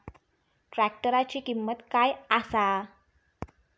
ट्रॅक्टराची किंमत काय आसा?